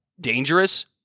dangerous